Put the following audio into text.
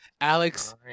Alex